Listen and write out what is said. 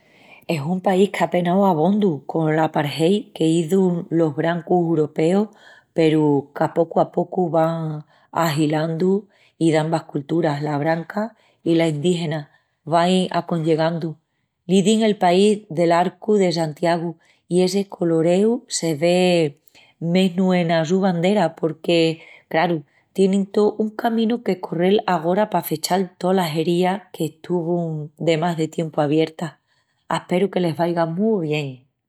Es un país que á penau abondu col apartheid que hizun los brancus uropeus peru qu’a pocu a pocu vá ahilandu i dambas colturas, la branca i la endígina, vain aconllegandu. L'izin el país del'arcu de Santiagu i essi coloreu se ve mesnu ena su bandera porque, craru, tienin tó un caminu que correl agora pa fechal tolas herías que estuvun demás de tiempu abiertas. Asperu que les vaiga mu bien!